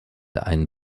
ein